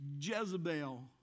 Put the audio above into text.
Jezebel